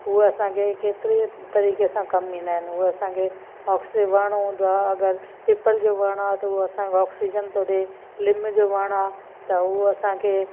उहो असांखे केतिरे तरीक़े सां कम ईंदा आहिनि उहो असांखे ऑक्सी वणु हूंदो आहे अगरि पीपल जो वणु आहे त उहो असांखे ऑक्सीजन थो ॾे लिम जो वणु आहे त उहे असांखे